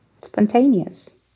spontaneous